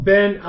Ben